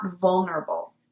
vulnerable